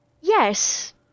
Yes